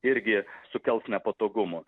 irgi sukels nepatogumų